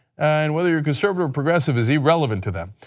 and whether you are conservative or progressive is irrelevant to them.